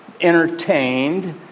Entertained